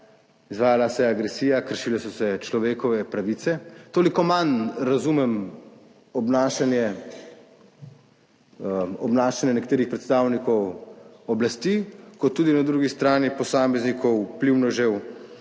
izvajala se je agresija, kršile so se človekove pravice, toliko manj razumem obnašanje, obnašanje nekaterih predstavnikov oblasti, kot tudi na drugi strani posameznikov, vplivnežev,